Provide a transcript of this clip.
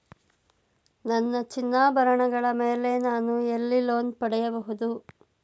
ನನ್ನ ಚಿನ್ನಾಭರಣಗಳ ಮೇಲೆ ನಾನು ಎಲ್ಲಿ ಲೋನ್ ಪಡೆಯಬಹುದು?